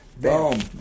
Boom